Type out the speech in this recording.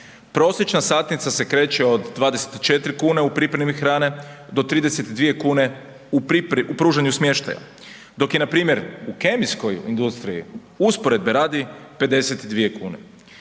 Prosječna satnica se kreće od 24,00 kn u pripremi hrane do 32,00 kn u pružanju smještaja, dok je npr. u kemijskoj industriji, usporedbe radi, 52,00 kn.